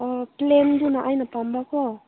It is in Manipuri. ꯑꯥ ꯄ꯭ꯂꯦꯟꯗꯨꯅ ꯑꯩꯅ ꯄꯥꯝꯕꯀꯣ